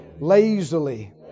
lazily